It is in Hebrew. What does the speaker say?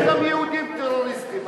יש גם יהודים טרוריסטים,